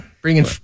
Bringing